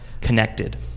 connected